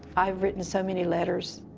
i've written so many letters.